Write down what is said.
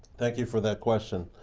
thank you for that question.